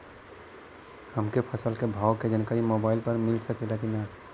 हमके फसल के भाव के जानकारी मोबाइल पर मिल सकेला की ना?